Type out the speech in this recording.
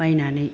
बायनानै